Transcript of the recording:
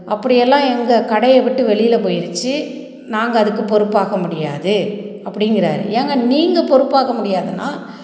அப்படியெல்லாம் எங்கள் கடையை விட்டு வெளியில் போயிடுச்சி நாங்கள் அதுக்கு பொறுப்பாக முடியாது அப்படிங்கிறாரு ஏங்க நீங்கள் பொறுப்பாக முடியாதுனால்